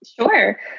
Sure